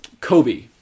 Kobe